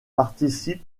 participe